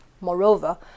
Moreover